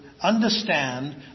understand